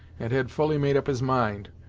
and had fully made up his mind,